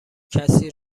کسی